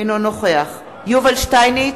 אינו נוכח יובל שטייניץ,